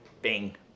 Bing